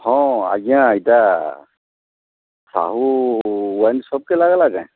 ହଁ ଆଜ୍ଞା ଏଟା ସାହୁ ୱାଇନ୍ ସପ୍କେ ଲାଗ୍ଲା କେଁ